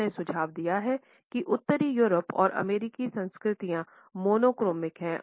hall ने सुझाव दिया है कि उत्तरी यूरोपीय और अमेरिकी संस्कृतियां मोनोक्रॉनिक हैं